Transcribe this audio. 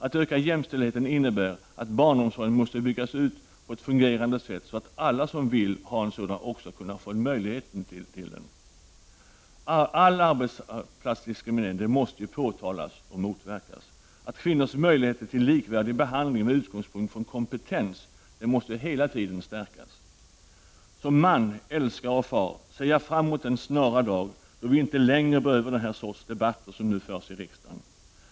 Att öka jämställdheten innebär att barnomsorgen måste byggas ut på ett fungerande sätt, så att alla som vill ha sådan också har möjlighet att få den. All arbetsplatsdiskriminering måste påtalas och motverkas. Kvinnors möjligheter till likvärdig behandling med utgångspunkt i kompetens måste hela tiden förstärkas. Som man, älskare och far ser jag fram emot den dag — jag hoppas att det blir snart — då vi inte längre behöver den sorts debatter som nu förs i riksdagen.